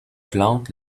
plante